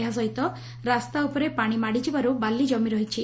ଏହା ସହିତ ରାସ୍ତା ଉପରେ ପାଶି ମାଡ଼ିନବାରୁ ବାଲି କମି ରହିଛି